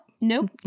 Nope